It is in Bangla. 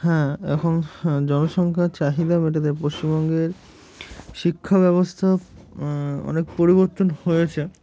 হ্যাঁ এখন জনসংখ্যার চাহিদা মেটেতে পশ্চিমবঙ্গের শিক্ষাব্যবস্থায় অনেক পরিবর্তন হয়েছে